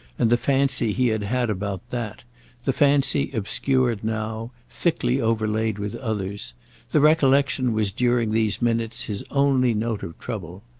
and the fancy he had had about that the fancy obscured now, thickly overlaid with others the recollection was during these minutes his only note of trouble.